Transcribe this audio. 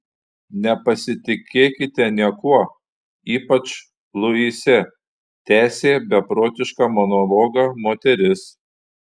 nepasitikėkite niekuo ypač luise tęsė beprotišką monologą moteris